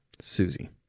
Susie